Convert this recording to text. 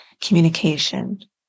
communication